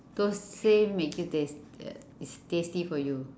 thosai make you taste uh it's tasty for you